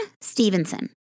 Stevenson